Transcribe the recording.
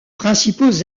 principaux